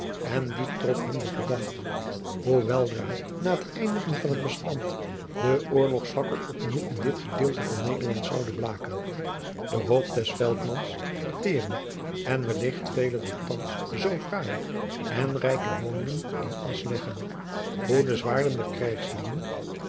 en diep trof hem de gedachte hoe weljacob van lennep de pleegzoon dra na het eindigen van het bestand de oorlogsfakkel op nieuw in dit gedeelte van nederland zoude blaken de hoop des veldmans verteeren en wellicht vele dier thands zoo fraaie en rijke woningen in asch leggen hoe de zwaarden der